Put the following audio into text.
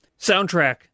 Soundtrack